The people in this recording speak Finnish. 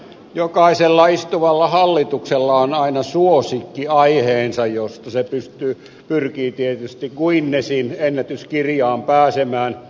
jokaisella istuvalla hallituksella on aina suosikkiaiheensa josta se pyrkii tietysti guinnessin ennätyskirjaan pääsemään